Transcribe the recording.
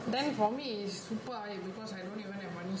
then for me is super high because I don't even have money